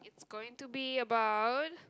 it's going to be about